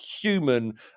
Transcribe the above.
human